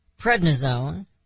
prednisone